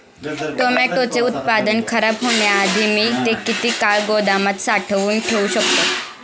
टोमॅटोचे उत्पादन खराब होण्याआधी मी ते किती काळ गोदामात साठवून ठेऊ शकतो?